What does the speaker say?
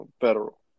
federal